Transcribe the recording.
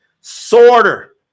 sorter